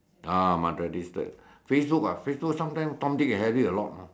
ah must register Facebook ah Facebook sometimes Tom Dick and Harry a lot mah